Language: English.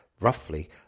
roughly